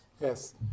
Yes